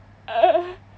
uh